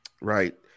right